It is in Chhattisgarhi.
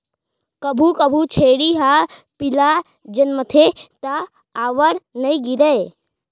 कभू कभू छेरी ह पिला जनमथे त आंवर नइ गिरय